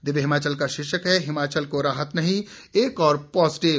दिव्य हिमाचल का शीर्षक है हिमाचल को राहत नहीं एक और पॉजिटिव